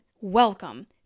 Welcome